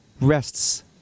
rests